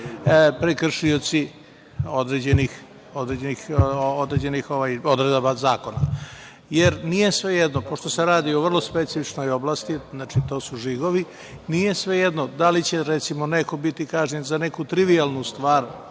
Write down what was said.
prekršioci određenih odredaba zakona, jer nije svejedno, pošto se radi o vrlo specifičnoj oblasti. Znači, to su žigovi i nije svejedno da li će, recimo, neko biti kažnjen za neku trivijalnu stvar